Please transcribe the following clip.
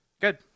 Good